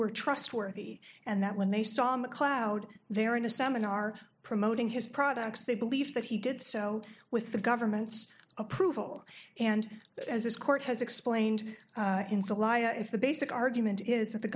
were trustworthy and that when they saw mcleod they're in a seminar promoting his products they believe that he did so with the government's approval and that as this court has explained in the law if the basic argument is that the